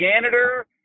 janitor